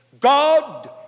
God